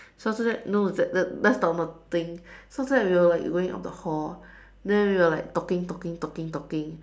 so after that no that is not the thing so after that we were like going up the hall then we were like talking talking talking talking